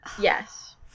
Yes